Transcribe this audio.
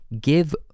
give